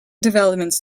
developments